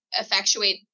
effectuate